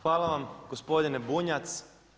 Hvala vam gospodine Bunjac.